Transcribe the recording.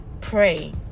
pray